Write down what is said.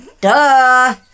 duh